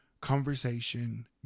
conversation